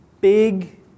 big